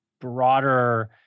broader